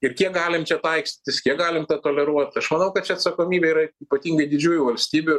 ir kiek galim čia taikstytis kiek galim tą toleruot aš manau kad čia atsakomybė yra ypatingai didžiųjų valstybių